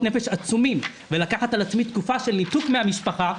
נפש עצומים ולקחת על עצמי תקופה של ניתוק מהמשפחה,